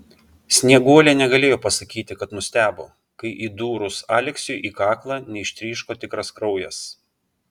snieguolė negalėjo pasakyti kad nustebo kai įdūrus aleksiui į kaklą neištryško tikras kraujas